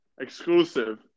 exclusive